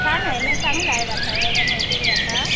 छान आहे ना चांगला आहे वातावरण वगैरे आता